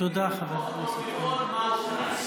מה הוכנס, תודה, חבר הכנסת אזולאי.